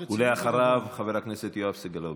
אחריו, חבר הכנסת יואב סגלוביץ'.